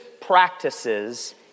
practices